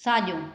साजो॒